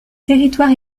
territoire